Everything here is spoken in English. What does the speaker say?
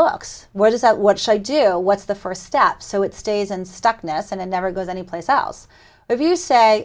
looks where does that what should i do what's the first step so it stays unstuck ness and it never goes any place else if you say